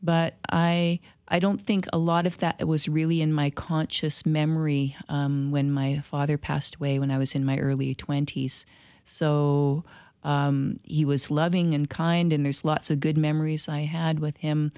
but i i don't think a lot of that was really in my conscious memory when my father passed away when i was in my early twenty's so he was loving and kind and there's lots of good memories i had with